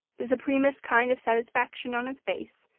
the supremest kind of satisfaction on his face,